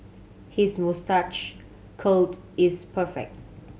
his moustache curled is perfect